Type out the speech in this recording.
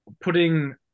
putting